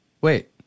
Wait